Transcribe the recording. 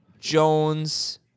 Jones